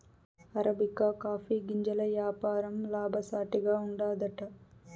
arabica coffee గింజల యాపారం లాభసాటిగా ఉండాదట